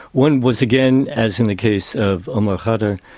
one was, again, as in the case of omar but